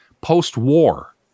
post-war